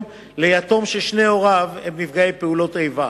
ליתום ששני הוריו הם נפגעי פעולות איבה.